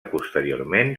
posteriorment